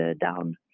down